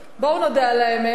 בואו נודה על האמת,